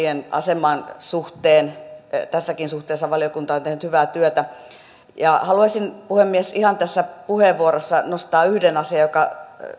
aseman suhteen tässäkin suhteessa valiokunta on tehnyt hyvää työtä haluaisin puhemies ihan tässä puheenvuorossa nostaa yhden asian joka